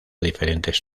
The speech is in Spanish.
diferentes